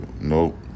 Nope